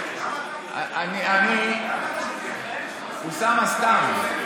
למה אתה מושך זמן?